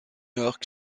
york